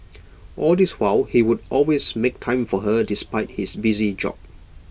all this while he would always make time for her despite his busy job